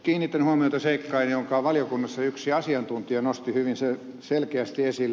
kiinnitän huomiota seikkaan jonka valiokunnassa yksi asiantuntija nosti hyvin selkeästi esille